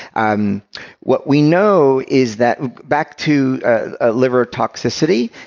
um what we know is that, back to ah liver toxicity,